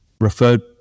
referred